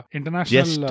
International